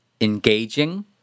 engaging